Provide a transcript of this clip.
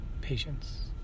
patience